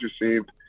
received